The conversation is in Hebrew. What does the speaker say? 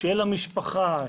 של המשפחה,